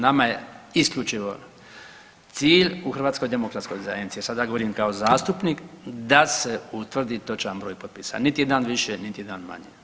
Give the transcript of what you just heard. Nama je isključivo cilj u Hrvatskoj demokratskoj zajednici, a sada govorim kao zastupnik da se utvrdi točan broj potpisa niti jedan više, niti jedan manje.